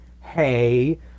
hey